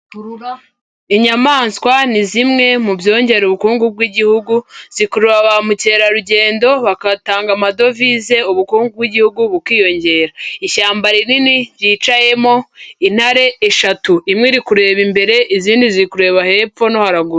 Inyamaswa ni zimwe mu byongera ubukungu bw'Igihugu, zikurura ba mukerarugendo bagatanga amadovize ubukungu bw'Igihugu bukiyongera, ishyamba rinini ryicayemo intare eshatu, imwe iri kureba imbere, izindi ziri kureba hepfo no haruguru.